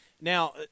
Now